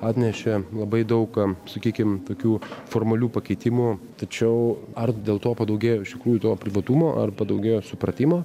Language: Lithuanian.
atnešė labai daug kam sakykime tokių formalių pakeitimų tačiau ar dėl to padaugėjo iš tikrųjų to privatumo ar padaugėjo supratimo